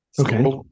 Okay